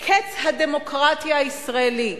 קץ הדמוקרטיה הישראלית: